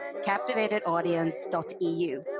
captivatedaudience.eu